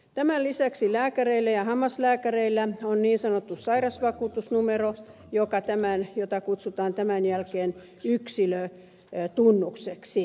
tämän lisäksi lääkäreillä ja hammaslääkäreillä on niin sanottu sairausvakuutusnumero jota kutsutaan tämän jälkeen yksilötunnukseksi